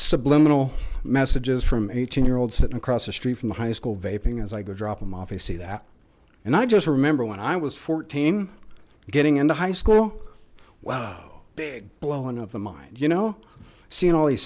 subliminal messages from eighteen year old sitting across the street from the high school vaping as i go drop him off he see that and i just remember when i was fourteen getting into high school wow big blowing up the mind you know seeing all these